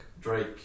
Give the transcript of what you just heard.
Drake